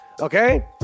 okay